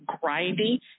grinding